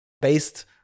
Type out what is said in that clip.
based